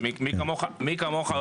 מי כמוך,